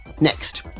Next